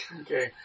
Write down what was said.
Okay